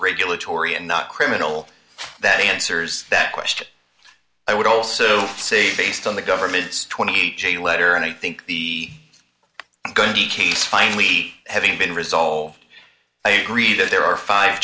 regulatory and not criminal that answers that question i would also say based on the government's twenty eight dollars j letter and i think the case finally having been resolved i agree that there are five